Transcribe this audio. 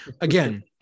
again